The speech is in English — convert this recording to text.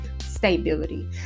stability